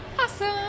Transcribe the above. awesome